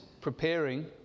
preparing